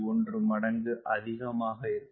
1 மடங்கு அதிகமாயிருக்கும்